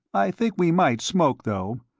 i think we might smoke, though.